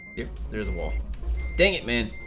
if there's one game in